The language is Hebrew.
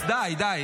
די.